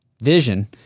vision